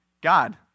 God